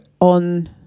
on